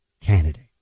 candidate